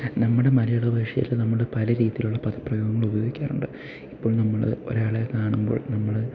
നമ്മുടെ മലയാള ഭാഷയിൽ നമ്മുടെ പല രീതിയിലുള്ള പദപ്രയോഗങ്ങൾ ഉപയോഗിക്കാറുണ്ട് ഇപ്പോൾ നമ്മൾ ഒരാളെ കാണുമ്പോൾ നമ്മൾ